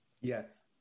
Yes